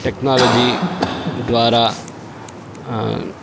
technology द्वारा